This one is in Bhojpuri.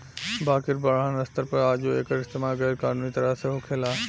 बाकिर बड़हन स्तर पर आजो एकर इस्तमाल गैर कानूनी तरह से होखेला